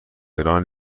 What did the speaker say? ایران